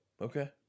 Okay